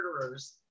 murderers